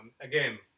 again